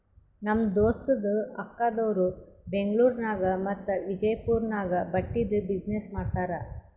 ನಮ್ ದೋಸ್ತದು ಅಕ್ಕಾದೇರು ಬೆಂಗ್ಳೂರ್ ನಾಗ್ ಮತ್ತ ವಿಜಯಪುರ್ ನಾಗ್ ಬಟ್ಟಿದ್ ಬಿಸಿನ್ನೆಸ್ ಮಾಡ್ತಾರ್